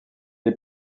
est